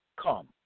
come